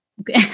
Okay